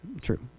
True